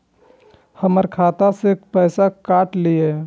हमर खाता से पैसा काट लिए?